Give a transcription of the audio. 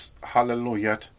hallelujah